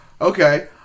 Okay